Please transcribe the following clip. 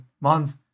months